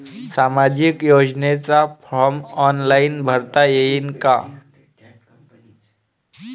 सामाजिक योजनेचा form online भरता येईन का?